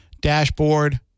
dashboard